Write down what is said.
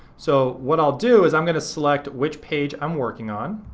so what i'll do is i'm gonna select which page i'm working on